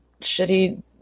shitty –